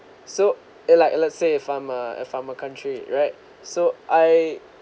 so it like let's say if I'm a if I'm a country right so I